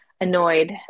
annoyed